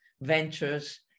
ventures